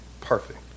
perfect